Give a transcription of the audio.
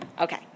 Okay